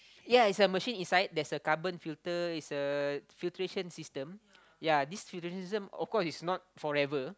ya it's a machine inside there's a carbon filter it's a filtration system ya this filtration system of course is not forever